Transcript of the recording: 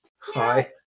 Hi